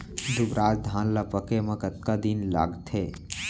दुबराज धान ला पके मा कतका दिन लगथे?